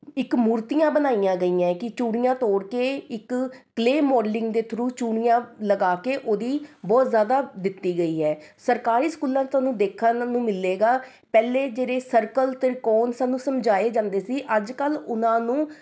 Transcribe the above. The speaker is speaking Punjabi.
ਇੱਕ ਮੂਰਤੀਆਂ ਬਣਾਈਆਂ ਗਈਆਂ ਕਿ ਚੂੜੀਆਂ ਤੋੜ ਕੇ ਇੱਕ ਕਲੇਅ ਮੌਡਲਿੰਗ ਦੇ ਥਰੂ ਚੂੜੀਆਂ ਲਗਾ ਕੇ ਉਹਦੀ ਬਹੁਤ ਜ਼ਿਆਦਾ ਦਿੱਤੀ ਗਈ ਹੈ ਸਰਕਾਰੀ ਸਕੂਲਾਂ 'ਚ ਤੁਹਾਨੂੰ ਦੇਖਣ ਨੂੰ ਮਿਲੇਗਾ ਪਹਿਲੇ ਜਿਹੜੇ ਸਰਕਲ ਤ੍ਰਿਕੋਣ ਸਾਨੂੰ ਸਮਝਾਏ ਜਾਂਦੇ ਸੀ ਅੱਜ ਕੱਲ੍ਹ ਉਹਨਾਂ ਨੂੰ